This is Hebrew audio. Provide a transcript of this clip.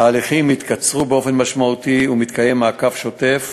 ההליכים התקצרו באופן משמעותי ומתקיים מעקב שוטף